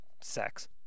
sex